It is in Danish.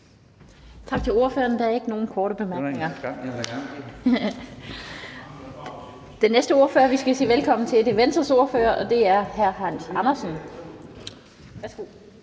Tak til ordføreren. Der er ikke nogen korte bemærkninger. Den næste ordfører, vi skal sige velkommen til, er Venstres ordfører, og det er hr. Hans Andersen. Værsgo.